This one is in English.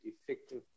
effective